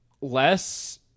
less